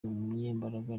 umunyembaraga